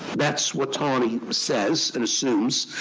that's what tawney says and assumes,